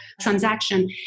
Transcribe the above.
transaction